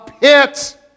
pit